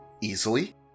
easily